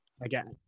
Again